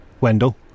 Wendell